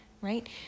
Right